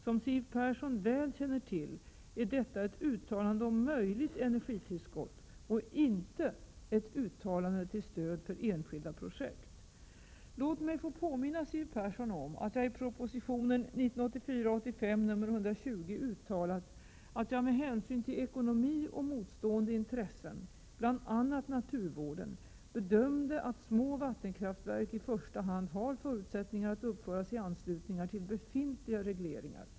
Som Siw Persson väl känner till är detta ett uttalande om möjligt energitillskott och inte ett uttalande till stöd för enskilda projekt. Låt mig få påminna Siw Persson om att jag på s. 144 i propositionen 1984/85:120 har uttalat att jag med hänsyn till ekonomi och motstående intressen, bl.a. naturvården, bedömde att små vattenkraftverk i första hand har förutsättningar att uppföras i anslutning till befintliga regleringar.